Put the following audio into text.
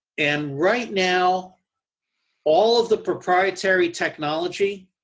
and, right now all of the proprietary technology